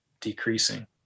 decreasing